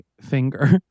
finger